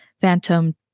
Phantom